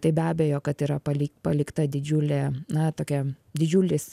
tai be abejo kad yra pali palikta didžiulė na tokia didžiulis